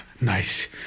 nice